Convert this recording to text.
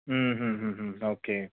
okay